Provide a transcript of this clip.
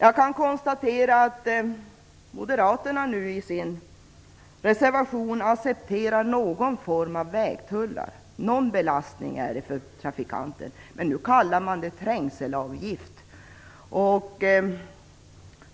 Jag kan konstatera att moderaterna nu i sin reservation accepterar någon form av vägtullar - det rör sig i alla fall om någon sorts belastning för trafikanter. Men man kallar det för trängselavgift.